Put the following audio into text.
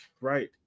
Right